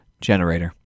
generator